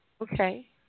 Okay